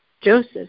Joseph